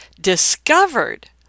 discovered